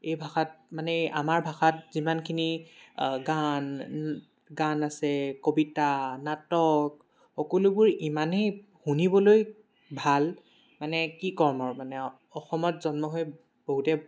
এই ভাষাত মানে আমাৰ ভাষাত যিমানখিনি গান গান আছে কবিতা নাটক সকলোবোৰ ইমানেই শুনিবলৈ ভাল মানে কি ক'ম আৰু মানে অসমত জন্ম হৈ বহুতে